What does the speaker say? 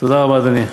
תודה רבה, אדוני.